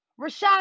Rashad